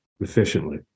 efficiently